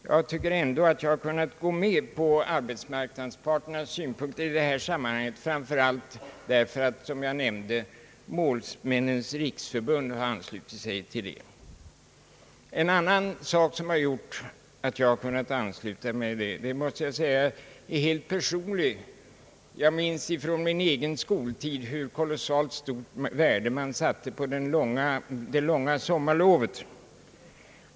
Jag har ändå kunnat ansluta mig till arbetsmarknadsparternas syn i detta sammanhang därför att framför allt, som jag nämnde, Målsmännens riksförbund har anslutit sig till den. En annan sak som gjort att jag har kunnat ansluta mig till förslaget om 39 veckors skolår är av helt personligt slag. Jag minns från min egen skoltid hur kolossalt stort värde man satte på det långa sommarlovet.